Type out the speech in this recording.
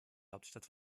hauptstadt